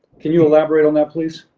can you elaborate on that please?